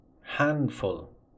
handful